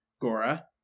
Gora